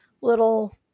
little